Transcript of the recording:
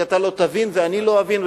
כי אתה לא תבין ואני לא אבין,